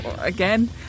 again